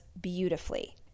beautifully